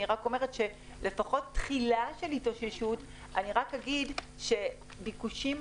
אני רק אומרת שלפחות תחילת ההתאוששות אני רק אגיד שכדי שיהיו ביקושים